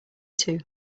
two